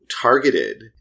targeted